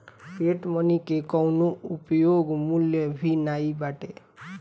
fiat money के कवनो उपयोग मूल्य भी नाइ बाटे